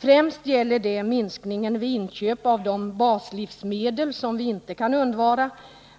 Främst gäller det minskningen vid inköp av de baslivsmedel som vi inte kan undvara